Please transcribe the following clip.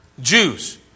Jews